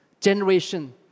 generation